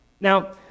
Now